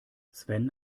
sven